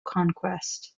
conquest